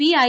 P I